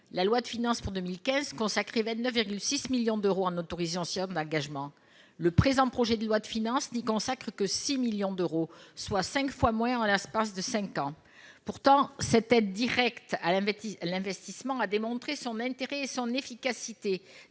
la loi de finances pour 2015 consacré 29,6 millions d'euros en autorisant, ancien d'engagement le présent projet de loi de finances n'y consacrent que 6 millions d'euros, soit 5 fois moins en l'espace de 5 ans pourtant, cette aide directe à l'investissement, l'investissement a démontré son intérêt et son efficacité